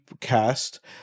cast